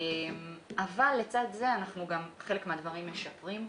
אבל צד זה חלק מהדברים משפרים.